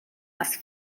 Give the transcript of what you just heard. das